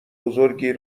بزرگی